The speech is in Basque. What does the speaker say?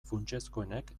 funtsezkoenek